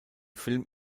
film